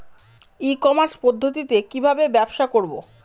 ই commerce পদ্ধতিতে কি ভাবে ব্যবসা করব?